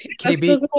KB